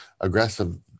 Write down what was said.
aggressive